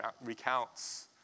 recounts